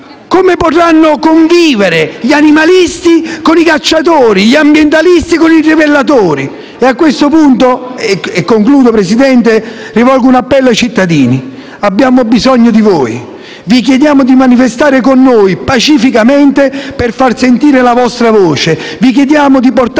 Come potranno convivere gli animalisti con i cacciatori? Gli ambientalisti con i trivellatori? A questo punto concludo, Presidente, rivolgendo un appello ai cittadini: abbiamo bisogno di voi; vi chiediamo di manifestare con noi, pacificamente, per far sentire la vostra voce. Vi chiediamo di portare